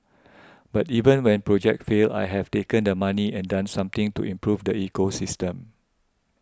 but even when projects fail I have taken the money and done something to improve the ecosystem